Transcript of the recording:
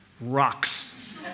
rocks